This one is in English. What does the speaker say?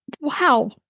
wow